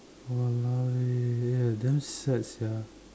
!walao! eh damn sad sia